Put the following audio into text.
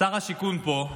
שר השיכון פה,